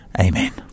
Amen